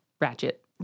ratchet